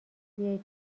بیای